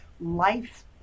life